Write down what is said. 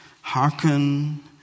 hearken